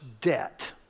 debt